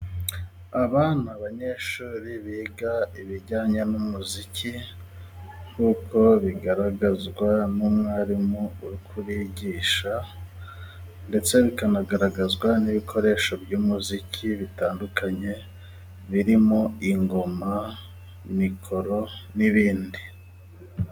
Aba ni abanyeshuri biga ibijyanye n'umuziki, nk'uko bigaragazwa n'umwarimu uri kubigisha, ndetse bikanagaragazwa n'ibikoresho by'umuziki bitandukanye, birimo ingoma, mikoro n'ibindi.